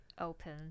open